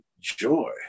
joy